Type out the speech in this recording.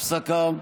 הפסקה.